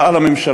היה על הממשלה,